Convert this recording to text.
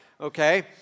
okay